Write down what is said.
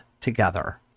together